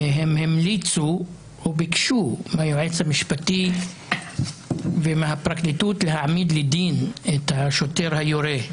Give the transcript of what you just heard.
המליצו או ביקשו מהיועץ המשפטי ומהפרקליטות להעמיד לדין את השוטר היורה.